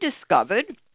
discovered